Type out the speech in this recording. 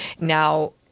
Now